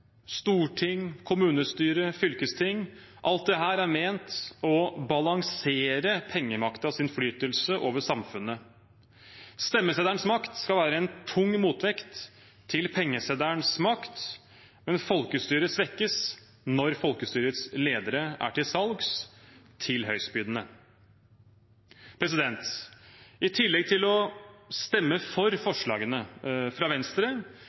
storting, kommunestyre, fylkesting – alt dette er ment å balansere pengemaktens innflytelse over samfunnet. Stemmeseddelens makt skal være en tung motvekt til pengeseddelens makt, men folkestyret svekkes når folkestyrets ledere er til salgs til høystbydende. I tillegg til å stemme for forslagene fra Venstre